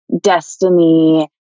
destiny